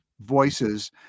voices